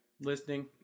Listening